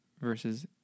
versus